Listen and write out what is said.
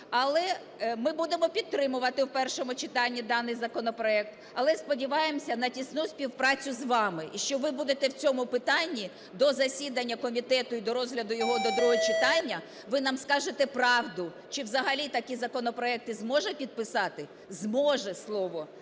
Ми будемо підтримувати в першому читанні даний законопроект, але сподіваємося на тісну співпрацю з вами, і що ви будете в цьому питанні, до засідання комітету і до розгляду його до другого читання ви нам скажете правду, чи взагалі такі законопроекти зможе підписати - "зможе" – слово